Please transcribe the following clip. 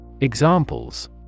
Examples